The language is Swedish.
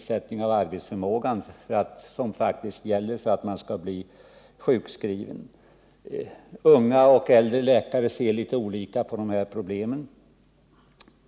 skall vara nedsatt med 50 26 som faktiskt gäller för att man skall bli sjukskriven. Yngre och äldre läkare ser litet olika på de här problemen.